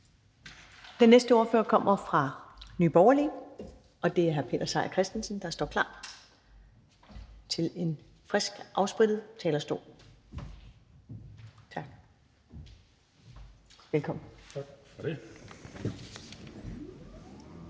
Den næste ordfører kommer fra Nye Borgerlige, og det er hr. Peter Seier Christensen, der står klar ved en frisk og afsprittet talerstol. Velkommen. Kl.